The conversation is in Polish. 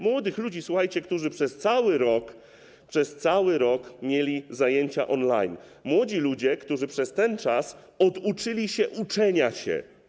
Młodych ludzi, słuchajcie, którzy przez cały rok - cały rok - mieli zajęcia on-line, młodych ludzi, którzy przez ten czas oduczyli się uczenia się.